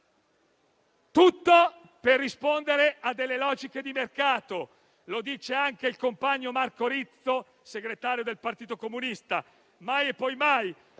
tutto per rispondere a logiche di mercato. Lo dice anche il compagno Marco Rizzo, segretario del Partito comunista.